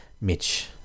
Mitch